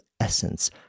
essence